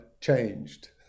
changed